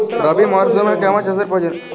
রবি মরশুমে কেমন সেচের প্রয়োজন?